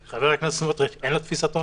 חבר הכנסת סמוטריץ' אין לו תפיסת עולם?